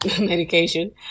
medication